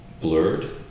Blurred